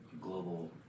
global